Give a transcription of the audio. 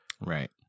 Right